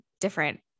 different